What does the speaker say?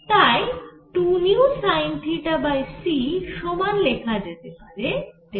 তাই 2vsinθc সমান লেখা যেতে পারে Δrr